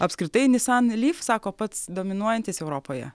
apskritai nissan leaf sako pats dominuojantis europoje